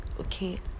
Okay